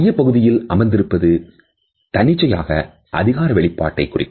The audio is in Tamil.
மையப்பகுதியில் அமர்ந்திருப்பது தன்னிச்சையாக அதிகார வெளிப்பாட்டை குறிக்கும்